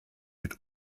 mit